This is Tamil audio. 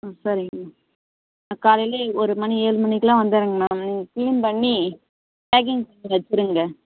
ம் சரிங்கம்மா நான் காலையில் ஒரு மணி ஏழு மணிக்குலாம் வந்துடுறேங்கம்மா க்ளீன் பண்ணி பேக்கிங் பண்ணி வச்சுருங்க